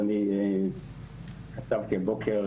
ואני כתבתי הבוקר